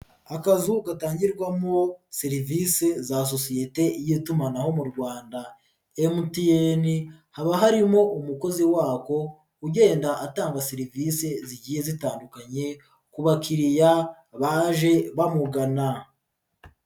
Akazu gatangirwamo serivisi za sosiyete y'itumanaho mu Rwanda MTN, haba harimo umukozi wako ugenda atanga serivisi zigiye zitandukanye, ku bakiriya baje bamugana.